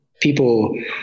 people